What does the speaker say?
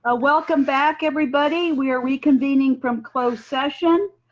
ah welcome back everybody. we are reconvening from closed session.